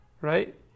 Right